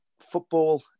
football